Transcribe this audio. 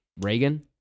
Reagan